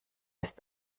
ist